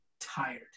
tired